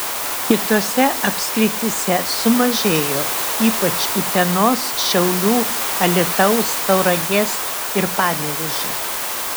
kitose apskrityse sumažėjo ypač utenos šiaulių alytaus tauragės ir panevėžio